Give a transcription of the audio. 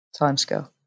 timescale